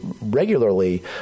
regularly